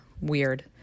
Weird